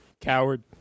Coward